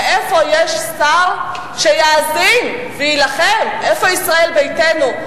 ואיפה יש שר שיאזין ויילחם, איפה ישראל ביתנו?